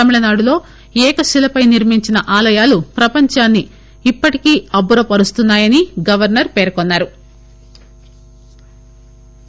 తమిళనాడులో ఏకశిలపై నిర్మించిన ఆలయాలు ప్రపంచాన్ని ఇప్పటికీ అబ్బురపరుస్తున్నాయని గవర్సర్ పేర్కొన్నారు